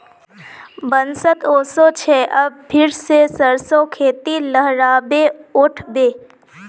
बसंत ओशो छे अब फिर से सरसो खेती लहराबे उठ बे